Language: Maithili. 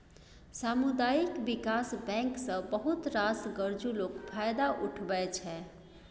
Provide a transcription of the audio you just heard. सामुदायिक बिकास बैंक सँ बहुत रास गरजु लोक फायदा उठबै छै